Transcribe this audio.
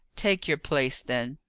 take your place, then.